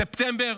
בספטמבר,